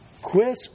Quisp